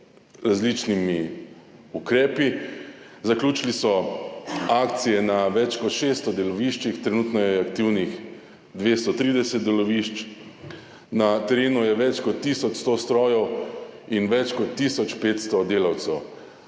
različnimi ukrepi. Zaključili so akcije na več kot 600 deloviščih, trenutno je aktivnih 230 delovišč, na terenu je več kot tisoč 100 strojev in več kot tisoč 500 delavcev.